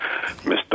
Mr